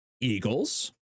Eagles